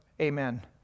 Amen